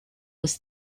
was